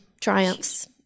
triumphs